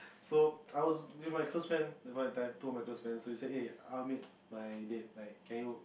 so I was with my close friend at that point of time I told my close friend so you say eh I want to meet my date like can you